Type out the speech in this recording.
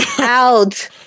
out